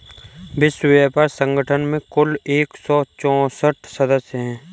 विश्व व्यापार संगठन में कुल एक सौ चौसठ सदस्य हैं